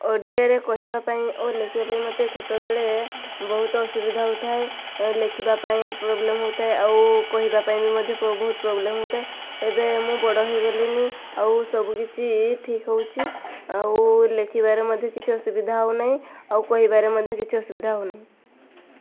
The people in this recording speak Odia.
ଓଡ଼ିଆରେ କହିବା ପାଇଁ ଓ ଲେଖିବା ପାଇଁ ମୋତେ ଛୋଟ ବେଳେ ବହୁତ ଅସୁବିଧା ହେଉଥାଏ ଓ ଲେଖିବା ପାଇଁ ପ୍ରୋବ୍ଲେମ୍ ଆଉ କହିବା ପାଇଁ ମଧ୍ୟ ବହୁତ ପ୍ରୋବ୍ଲେମ୍ ହେଉଥାଏ ଏବେ ମୁଁ ବଡ ହୋଇଗଲିଣି ଆଉ ସବୁ କିଛି ଠିକ୍ ହେଉଛି ଆଉ ଲେଖିବାରେ ମଧ୍ୟ କିଛି ଅସୁବିଧା ହେଉ ନାହିଁ ଆଉ କହିବାରେ ମଧ୍ୟ କିଛି ଅସୁବିଧା ହେଉନାହିଁ